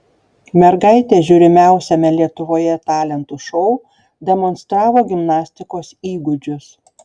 mergaitė žiūrimiausiame lietuvoje talentų šou demonstravo gimnastikos įgūdžius